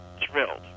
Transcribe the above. thrilled